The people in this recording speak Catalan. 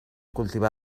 cultivà